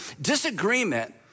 Disagreement